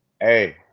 Hey